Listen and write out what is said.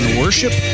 worship